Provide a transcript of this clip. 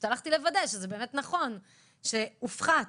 הלכתי לוודא שזה באמת נכון שזה הופחת